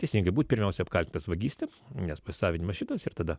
teisingai būt pirmiausia apkaltintas vagyste nes pasisavinimas šitas ir tada